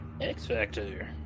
X-Factor